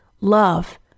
love